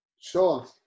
Sure